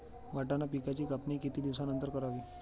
वाटाणा पिकांची कापणी किती दिवसानंतर करावी?